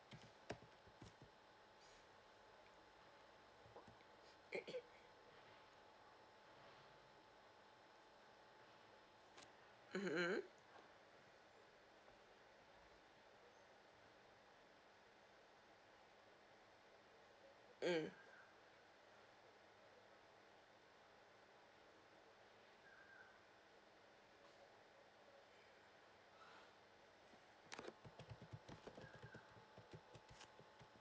mmhmm mm